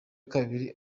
kabiri